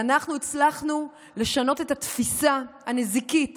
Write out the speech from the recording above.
ואנחנו הצלחנו לשנות את התפיסה הנזיקית